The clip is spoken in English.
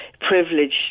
privileged